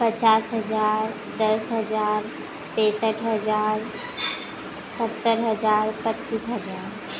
पचास हज़ार दस हज़ार पैंसठ हज़ार सत्तर हज़ार पच्चीस हज़ार